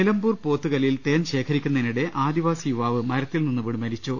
നിലമ്പൂർ പോത്തുകല്ലിൽ തേൻ ശേഖരിക്കുന്നതിനിടെ ആദി വാസി യുവാവ് മരത്തിൽ നിന്നും വീണ് മരിച്ചു